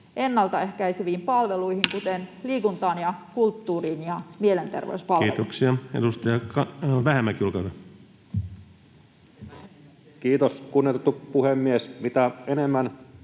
ennalta ehkäiseviin palveluihin, kuten liikuntaan ja kulttuuriin ja mielenterveyspalveluihin? Kiitoksia. — Edustaja Vähämäki, olkaa hyvä. Kiitos, kunnioitettu puhemies! Mitä enemmän